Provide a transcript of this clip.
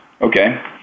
Okay